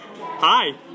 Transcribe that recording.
Hi